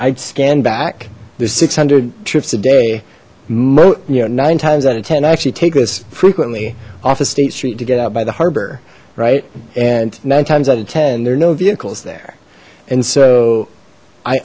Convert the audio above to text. i'd scan back there's six hundred trips a day you know nine times out of ten i actually take this frequently off of state street to get out by the harbor right and nine times out of ten there are no vehicles there and so i